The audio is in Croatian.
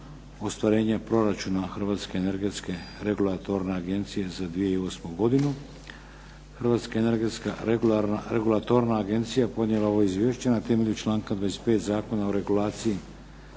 – podnositelj: Hrvatska energetska regulatorna agencija Hrvatska energetska regulatorna agencija podnijela je ovo izvješće na temelju članka 25. Zakona o regulaciji